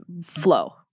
flow